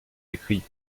écrits